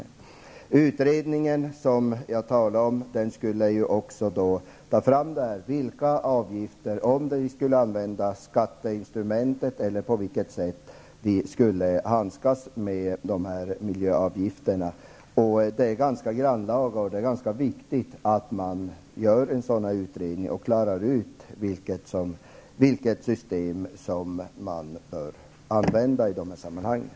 Den utredning jag talade om skulle också undersöka om vi skulle använda skatteinstrumentet eller på vilket sätt vi skulle handskas med dessa miljöavgifter. Det är grannlaga och ganska viktigt att göra en sådan utredning och att klara ut vilket system man bör använda i de här sammanhangen.